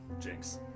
Jinx